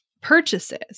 purchases